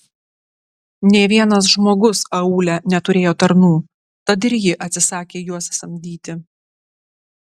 nė vienas žmogus aūle neturėjo tarnų tad ir ji atsisakė juos samdyti